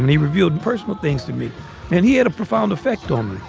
and he revealed personal things to me and he had a profound effect on me.